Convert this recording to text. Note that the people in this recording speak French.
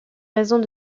raisons